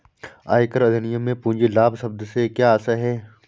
आयकर अधिनियम में पूंजी लाभ शब्द से क्या आशय है?